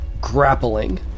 grappling